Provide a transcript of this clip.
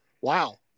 wow